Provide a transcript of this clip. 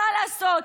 מה לעשות,